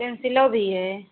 पेंसिलें भी हैं